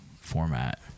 format